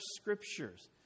scriptures